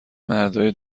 مردای